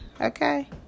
okay